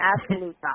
absolute